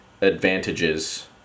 advantages